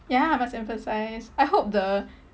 ya must emphasize I hope the